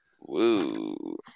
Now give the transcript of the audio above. Woo